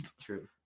true